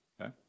okay